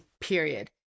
period